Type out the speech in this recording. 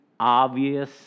Obvious